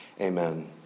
amen